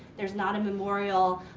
there's not a memorial.